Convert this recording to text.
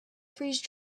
freeze